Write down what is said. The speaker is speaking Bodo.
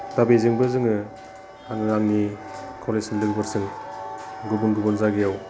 दा बेजोंबो जोङो आङो आंनि कलेजफोरसिम गुबुन गुबुन जायगायाव